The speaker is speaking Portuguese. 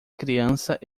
criança